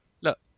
look